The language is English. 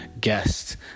guest